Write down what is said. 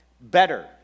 better